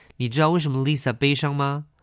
你知道为什么Lisa悲伤吗